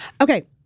Okay